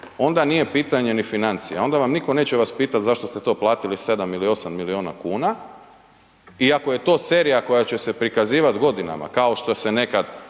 onda nije pitanje ni financija, onda nitko neće vas pitat zašto ste to platili 7 ili 8 milijuna kuna iako je to serija koja će se prikazivati godinama kao što se nekad